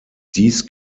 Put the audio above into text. dies